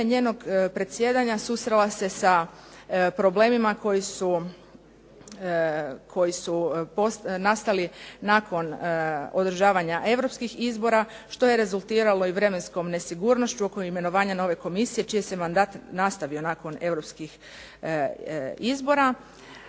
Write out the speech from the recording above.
njenog predsjedanja susrela se sa problemima koji su nastali nakon održavanja europskih izbora što je rezultiralo i vremenskom nesigurnošću oko imenovanja nove komisije čiji se mandat nastavio nakon europskih izbora.